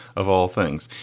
of all things.